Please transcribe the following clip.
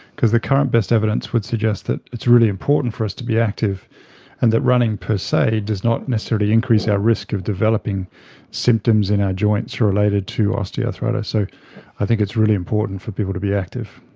because the current best evidence would suggest that it's really important for us to be active and that running per se does not necessarily increase our risk of developing symptoms in our joints related to osteoarthritis. so i think it's really important for people to be active.